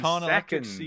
second